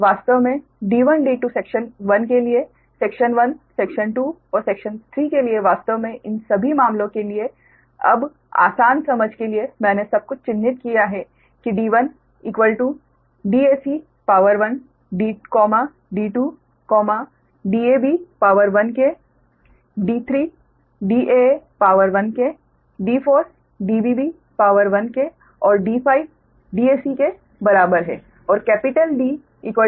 वास्तव में d1d2 section 1 के लिए सेक्शन 1 सेक्शन 2 और सेक्शन 3 के लिए वास्तव में इन सभी मामलों के लिए बस आसान समझ के लिए मैंने सब कुछ चिह्नित किया है कि d1dac d2dab d3daa d4dbb और d5 dac के बराबर और कैपिटल Ddab dbc